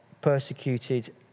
persecuted